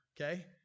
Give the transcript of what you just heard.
okay